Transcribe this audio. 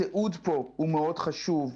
התיעוד פה הוא מאוד חשוב.